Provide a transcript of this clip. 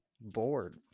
bored